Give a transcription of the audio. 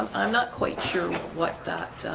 i'm not quite sure what that